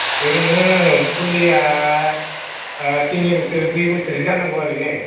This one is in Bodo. ओरैनो फुलिया तिनि बोसोर दुइ बोसोरनि जानांगौ आरो ने